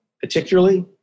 particularly